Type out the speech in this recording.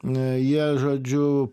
jie žodžiu